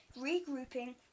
regrouping